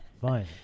Fine